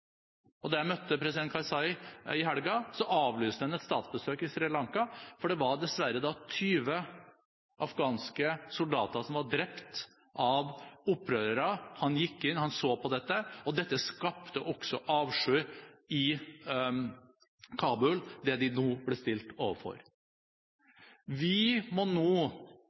egne. Da jeg møtte president Karzai i helgen, avlyste han et statsbesøk til Sri Lanka, for det var dessverre 20 afghanske soldater som var drept av opprørere. Han gikk inn, han så på dette, og det de nå ble stilt overfor, skapte også avsky i Kabul. Vi som storting må nå